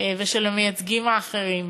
ושל המייצגים האחרים,